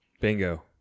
Bingo